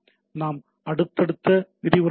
நாம் அடுத்தடுத்த விரிவுரையில் ஹெச்